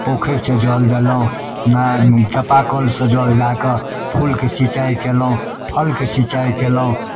पोखरिसँ जल देलहुँ चापाकलसँ जल दऽ कऽ फूलके सिँचाइ कएलहुँ फलके सिँचाइ कएलहुँ